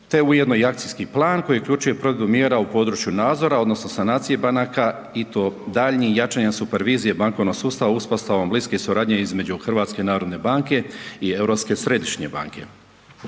te ujedno i akcijski plan koji uključuje protumjera u području nadzora odnosno sanacije banaka i to daljnje jačanje supervizije bankovnog sustava uspostavom bliske suradnje između HNB-a i Europske središnje banke.